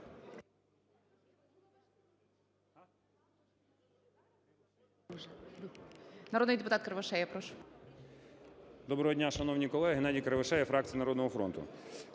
Доброго дня, шановні колеги! Геннадій Кривошея, фракція "Народного фронту".